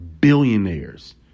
billionaires